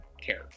care